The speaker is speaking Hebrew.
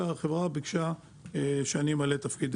והחברה ביקשה שאני אמלא את התפקיד.